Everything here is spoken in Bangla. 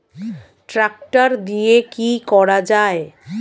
ট্রাক্টর দিয়ে কি করা যায়?